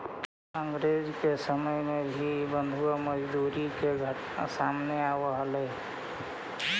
अंग्रेज के समय में भी बंधुआ मजदूरी के घटना सामने आवऽ हलइ